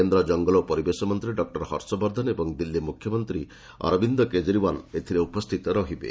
କେନ୍ଦ୍ର କଙ୍ଗଲ ଓ ପରିବେଶ ମନ୍ତ୍ରୀ ଡକୁର ହର୍ଷବର୍ଦ୍ଧନ ଓ ଦିଲ୍ଲୀ ମୁଖ୍ୟମନ୍ତ୍ରୀ ଅରବିନ୍ଦ କେଜରିଓ୍ବାଲ ଏଥିରେ ଉପସ୍ଥିତ ରହିବେ